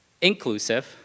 inclusive